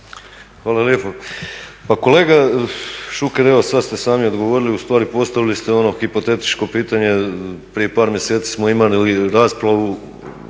Hvala lijepo. Pa kolega Šuker, evo sad ste sami odgovorili, ustvari postavili ste ono hipotetičko pitanje, prije par mjeseci smo imali raspravu